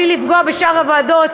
בלי לפגוע בשאר הוועדות,